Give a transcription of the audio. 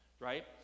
right